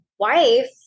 wife